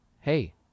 hey